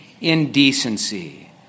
indecency